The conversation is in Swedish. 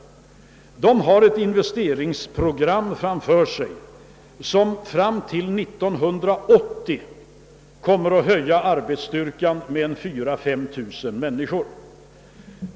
Företaget har ett investeringsprogram framför sig som fram till år 1980 kommer att öka arbetsstyrkan med 4000 å 5000 personer.